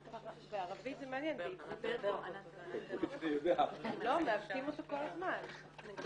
אם השתתפת בדיון שקיימנו על תפקיד הממונות והגיעו חלק גדול